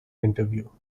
interview